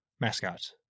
mascot